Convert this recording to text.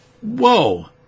whoa